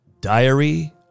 Diary